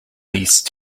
least